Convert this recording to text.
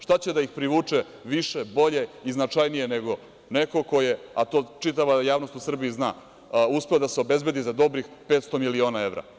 Šta će da ih privuče više, bolje i značajnije neko ko je, a to čitava javnost u Srbiji zna, uspeo da se obezbedi za dobrih 500 miliona evra.